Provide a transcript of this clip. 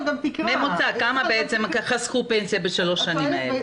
בממוצע כמה חסכו פנסיה בשלוש השנים האלה?